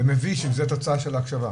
זה מביש אם זו התוצאה של ההקשבה.